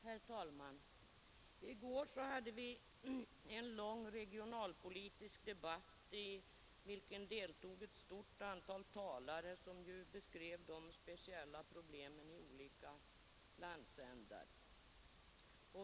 Herr talman! I går hade vi en lång regionalpolitisk debatt, i vilken deltog ett stort antal talare som beskrev de speciella problemen i olika landsändar.